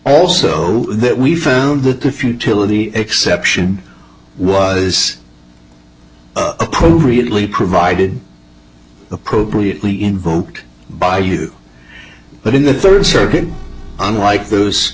also that we found that the futility exception was appropriately provided appropriately invoked by you but in the third circuit unlike